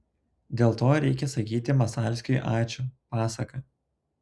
dėl to reikia sakyti masalskiui ačiū pasaka